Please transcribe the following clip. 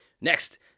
Next